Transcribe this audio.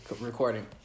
recording